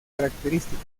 características